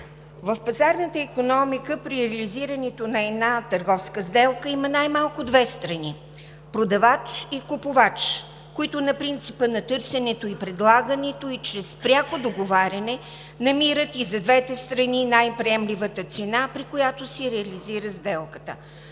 в пазарната икономика при реализирането на една търговска сделка има най малко две страни – продавач и купувач, които на принципа на търсенето и предлагането и чрез пряко договаряне, намират и за двете страни най-приемливата цена, при която се реализира сделката.